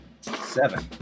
seven